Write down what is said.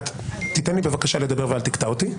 תן לי בבקשה לדבר ואל תקטע אותי.